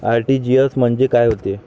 RTGS म्हंजे काय होते?